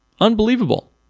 Unbelievable